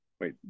Wait